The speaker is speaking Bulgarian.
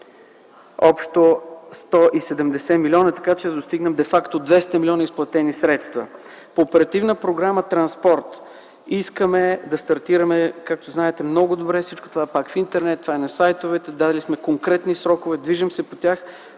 общо 170 милиона, така че да достигнем де факто 200 милиона изплатени средства. По Оперативна програма „Транспорт” искаме да стартираме, както знаете много добре, всичко това е в Интернет, това е на сайтовете, дали сме конкретни срокове, движим се по тях